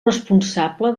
responsable